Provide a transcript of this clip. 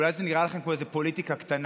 כי אולי זה נראה לכם כמו איזה פוליטיקה קטנה,